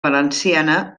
valenciana